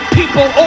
people